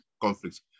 conflicts